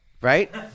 Right